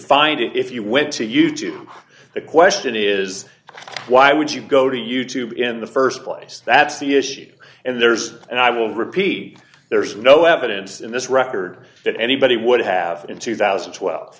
find it if you went to youtube the question is why would you go to youtube in the st place that's the issue and there's and i will repeat there's no evidence in this record that anybody would have in two thousand and twelve